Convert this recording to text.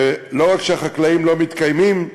ולא רק שהחקלאים לא מתקיימים,